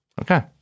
Okay